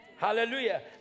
Hallelujah